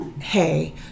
hey